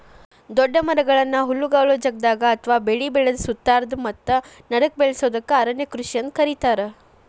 ದೊಡ್ಡ ಮರಗಳನ್ನ ಹುಲ್ಲುಗಾವಲ ಜಗದಾಗ ಅತ್ವಾ ಬೆಳಿ ಬೆಳದ ಸುತ್ತಾರದ ಮತ್ತ ನಡಕ್ಕ ಬೆಳಸೋದಕ್ಕ ಅರಣ್ಯ ಕೃಷಿ ಅಂತ ಕರೇತಾರ